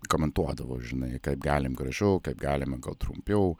komentuodavau žinai kaip galim gražiau kaip galima gal trumpiau